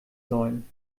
sollen